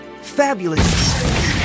Fabulous